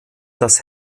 das